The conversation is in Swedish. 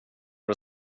och